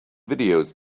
videos